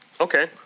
Okay